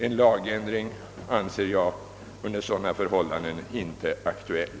En lagändring anser jag under sådana förhållanden inte aktuell.